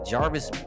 Jarvis